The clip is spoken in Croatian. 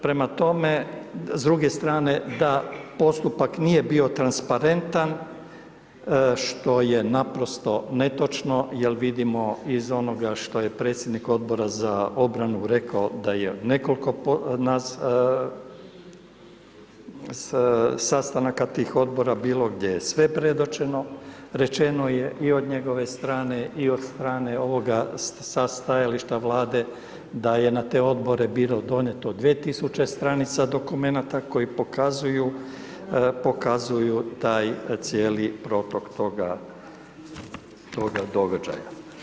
Prema tome, s druge strane da postupak nije bio transparentan što je naprosto netočno jer vidimo iz onoga što je predsjednik Odbora za obranu rekao, da je nekoliko sastanaka tih Odbora bilo gdje je sve predočeno, rečeno je i od njegove strane, i od strane, ovoga, sa stajališta Vlade da je na te Odbore bilo donijeto 2.000 stranica dokumenata koji pokazuju, pokazuju taj cijeli protok toga, toga događaja.